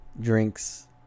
drinks